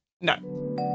No